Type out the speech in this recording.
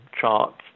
charts